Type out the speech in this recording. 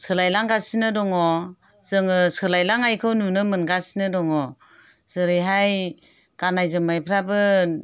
सोलाय लांगासिनो दङ जोङो सोलायलांनायखौ नुनो मोनगासिनो दङ जेरैहाय गाननाय जोमनायफ्राबो